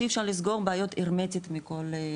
שאי אפשר לסגור בעיות הרמטית מכל צרה,